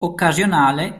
occasionale